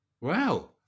Wow